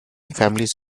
families